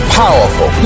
powerful